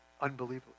Unbelievable